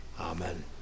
Amen